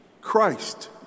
Christ